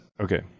Okay